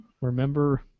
remember